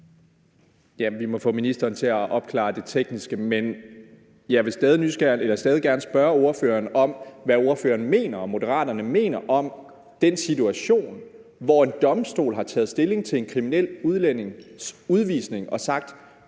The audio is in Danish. vi må få ministeren til at opklare det tekniske. Men jeg vil stadig gerne spørge ordføreren om, hvad ordføreren og Moderaterne mener om den situation, hvor en domstol har taget stilling til en kriminel udlændings udvisning og sagt,